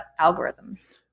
algorithms